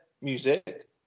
music